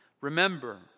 Remember